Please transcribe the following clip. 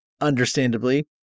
Understandably